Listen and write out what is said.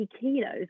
kilos